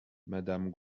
madame